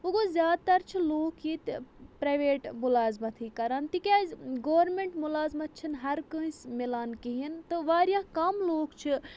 وۄنۍ گوٚو زیادٕ تَر چھِ لوٗکھ ییٚتہِ پرٛیویٹ مُلازمَتھٕے کَران تِکیٛازِ گورمٮ۪نٛٹ مُلازمَت چھِنہٕ ہر کٲنٛسہِ مِلان کِہیٖنۍ تہٕ واریاہ کَم لوٗکھ چھِ